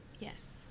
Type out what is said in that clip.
Yes